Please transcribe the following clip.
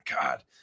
God